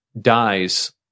dies